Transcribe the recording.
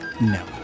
No